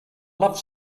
love